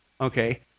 okay